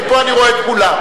מפה אני רואה את כולם.